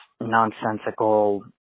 nonsensical